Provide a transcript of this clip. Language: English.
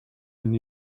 and